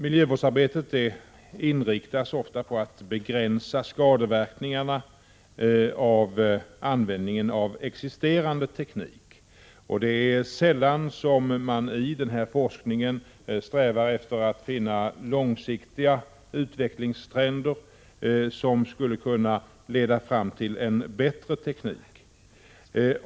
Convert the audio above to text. Miljövårdsarbetet inriktas ofta på att begränsa skadeverkningarna av användningen av existerande teknik. Det är sällan som man i forskningen strävar efter att finna långsiktiga utvecklingstrender som skulle kunna leda fram till en bättre teknik.